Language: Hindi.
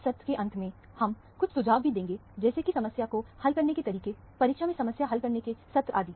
इस सत्र के अंत में हम कुछ सुझाव भी देंगे जैसे कि समस्या को हल करने के तरीके परीक्षा में समस्या हल करने के सत्र आदि